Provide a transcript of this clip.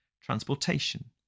transportation